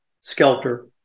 Skelter